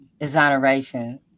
exoneration